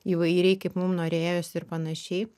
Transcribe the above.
įvairiai kaip mum norėjosi ir panašiai